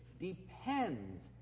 depends